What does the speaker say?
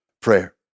prayer